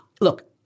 Look